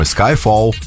Skyfall